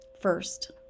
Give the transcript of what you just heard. first